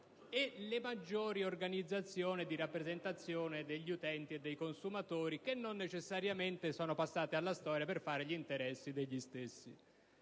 e le maggiori organizzazioni di rappresentazione degli utenti e dei consumatori, che non necessariamente sono passate alla storia per fare gli interessi degli stessi.